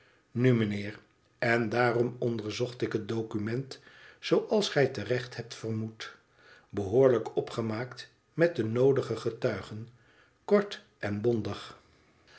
nu meneer en daarom onderzocht ik het document zooals gij te recht hebt vermoed behoorlijk opgemaakt met de noodige getuigen kort en bondig